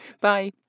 Bye